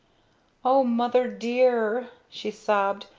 o mother dear! she sobbed,